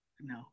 No